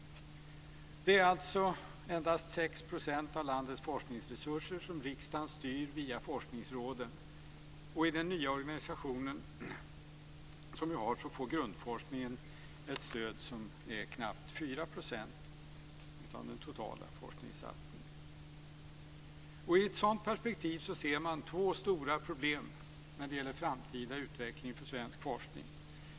Det är alltså endast 6 % av landets forskningsresurser som riksdagen styr via forskningsråden. I den nya organisationen får grundforskningen ett stöd om knappt 4 % av den totala forskningssatsningen. I ett sådant perspektiv ser vi två stora problem när det gäller den framtida utvecklingen av svensk forskning.